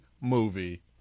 movie